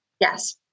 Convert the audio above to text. Yes